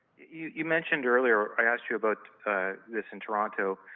you mentioned earlier, i asked you about this in toronto,